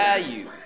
value